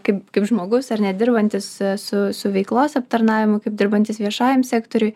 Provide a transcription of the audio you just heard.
kaip kaip žmogus ar ne dirbantis su su veiklos aptarnavimu kaip dirbantis viešajam sektoriui